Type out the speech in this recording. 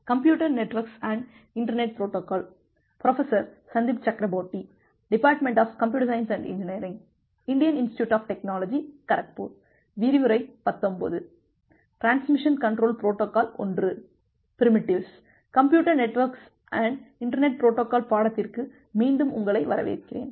computer networks and internet protocol பாடத்திற்கு மீண்டும் உங்களை வரவேற்கிறேன்